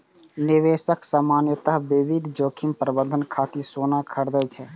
निवेशक सामान्यतः विविध जोखिम प्रबंधन खातिर सोना खरीदै छै